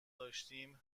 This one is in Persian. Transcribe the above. داشتیم